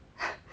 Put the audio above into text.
ha